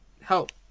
help